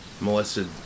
molested